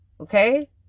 okay